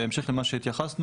בהמשך למה שהתייחסנו,